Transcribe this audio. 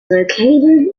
located